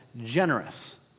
generous